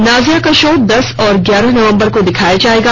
नाजिया को शो दस और ग्यारह नवम्बर को दिखाया जाएगा